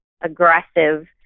aggressive